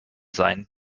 sein